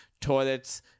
toilets